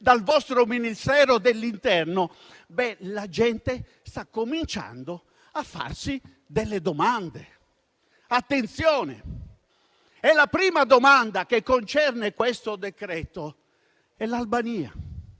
dal vostro Ministero dell'interno, sta cominciando a farsi delle domande. Attenzione! E la prima domanda che concerne questo decreto è l'Albania,